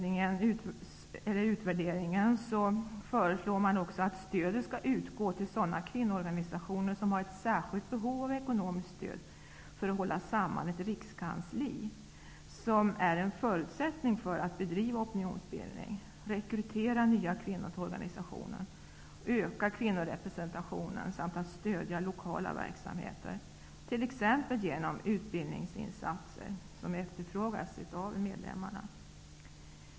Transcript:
I utvärderingen föreslås också att stödet skall utgå till sådana kvinnoorganisationer som har ett särskilt behov av ekonomiskt stöd för att hålla samman ett rikskansli, vilket är en förutsättning för att bedriva opinionsbildning, rekrytera nya kvinnor till organisationen, att öka kvinnorepresentationen samt stödja lokala verksamheter, t.ex genom utbildningsinsatser som efterfrågas av medlemmarna.